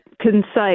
concise